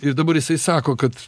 ir dabar jisai sako kad